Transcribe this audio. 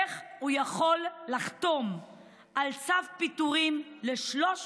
איך הוא יכול לחתום על צו פיטורים ל-300